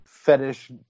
fetish